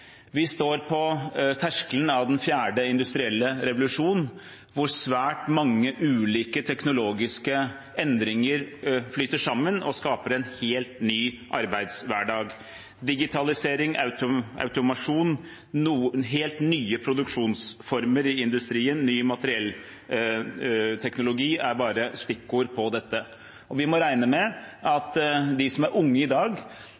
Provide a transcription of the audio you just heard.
Vi står på terskelen til den fjerde industrielle revolusjon, hvor svært mange ulike teknologiske endringer flyter sammen og skaper en helt ny arbeidshverdag. Digitalisering, automasjon, helt nye produksjonsformer i industrien og ny materialteknologi er bare stikkord på dette. Vi må regne med at de som er unge i dag,